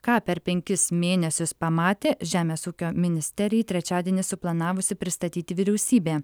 ką per penkis mėnesius pamatė žemės ūkio ministerija trečiadienį suplanavusi pristatyti vyriausybė